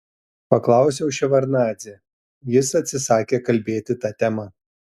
paklausiau ševardnadzę jis atsisakė kalbėti ta tema